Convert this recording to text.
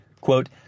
quote